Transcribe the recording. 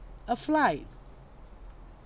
a flight